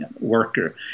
worker